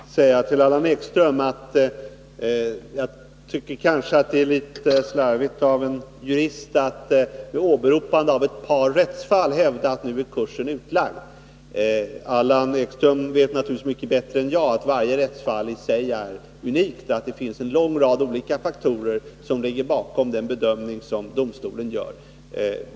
Fru talman! Får jag först säga till Allan Ekström att jag kanske tycker att det är litet slarvigt av en jurist att med åberopande av ett par rättsfall hävda att kursen nu har blivit utlagd. Allan Ekström vet naturligtvis mycket bättre än jag att varje rättsfall i sig är unikt och att det finns en lång rad olika faktorer som ligger bakom domstolens bedömning.